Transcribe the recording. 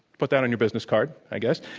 put that on your business card, i guess.